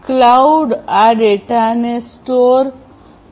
cloud આ ડેટાને store processing વગેરે કરશે